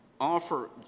offer